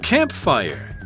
Campfire